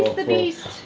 the beast.